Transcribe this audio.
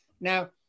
Now